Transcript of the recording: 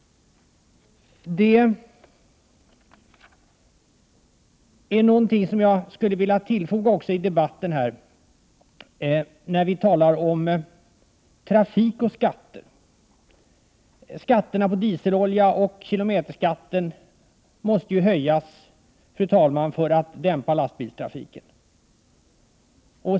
Det är någonting som jag vill tillfoga debatten om trafik och skatter. Skatterna på dieselolja och kilometerskatten måste ju höjas för att dämpa lastbilstrafiken.